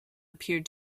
appeared